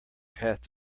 path